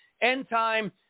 end-time